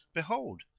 behold,